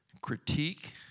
critique